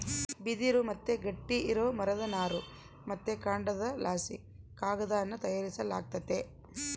ಬಿದಿರು ಮತ್ತೆ ಗಟ್ಟಿ ಇರೋ ಮರದ ನಾರು ಮತ್ತೆ ಕಾಂಡದಲಾಸಿ ಕಾಗದಾನ ತಯಾರಿಸಲಾಗ್ತತೆ